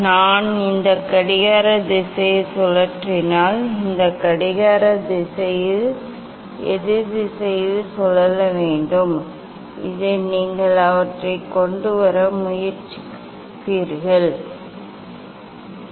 நான் இந்த கடிகார திசையில் சுழற்றினால் இது கடிகார திசையில் உள்ளது இது நான் எதிரெதிர் திசையில் சுழல வேண்டும் இது நீங்கள் அவற்றைக் கொண்டுவர முயற்சிக்கிறீர்கள் என்று சொல்கிறீர்கள் அது போகிறதா நடுவில் நகர்கிறதா அல்லது இந்த மறுபக்கமா என்பதை நீங்கள் சரிபார்க்க வேண்டும்